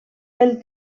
pel